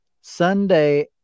Sunday